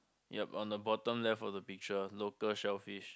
yup on the bottom left of the picture local shell fish